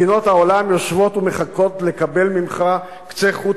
מדינות העולם יושבות ומחכות לקבל ממך קצה חוט